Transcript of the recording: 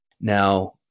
Now